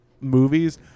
movies